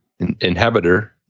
inhabitor